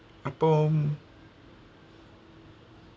appam